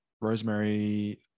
rosemary